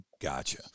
Gotcha